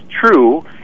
true